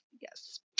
yes